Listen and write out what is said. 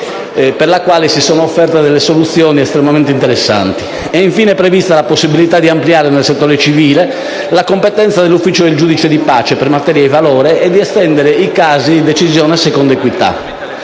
per il quale si sono offerte soluzioni estremamente interessanti. È infine prevista la possibilità di ampliare, nel settore civile, la competenza dell'ufficio del giudice di pace per materia e valore e di estendere i casi di decisione secondo equità.